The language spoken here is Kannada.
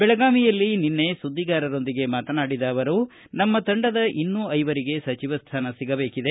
ಬೆಳಗಾವಿಯಲ್ಲಿ ನಿನ್ನೆ ಸುದ್ದಿಗಾರರೊಂದಿಗೆ ಮಾತನಾಡಿದ ಅವರು ನಮ್ಮ ತಂಡದ ಇನ್ನೂ ಐವರಿಗೆ ಸಚಿವ ಸ್ಥಾನ ಸಿಗಬೇಕಿದೆ